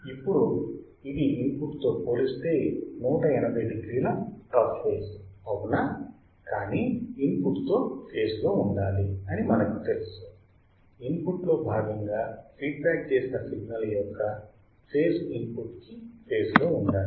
ఇప్పుడు ఇది ఇన్పుట్ తో పోలిస్తే 180 డిగ్రీల అవుట్ అఫ్ ఫేజ్ అవునా కానీ ఇన్పుట్ తో ఫేజ్ లో ఉండాలి అని మనకి తెలుసు ఇన్పుట్ లో భాగంగా ఫీడ్ బ్యాక్ చేసిన సిగ్నల్ యొక్క ఫేజ్ ఇన్పుట్ కి ఫేజ్ లో ఉండాలి